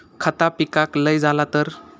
खता पिकाक लय झाला तर?